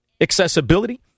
accessibility